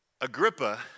Agrippa